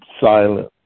silent